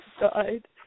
died